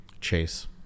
Chase